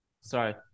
sorry